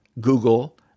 Google